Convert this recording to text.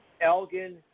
Elgin